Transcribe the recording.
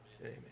Amen